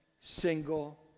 single